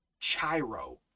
chiro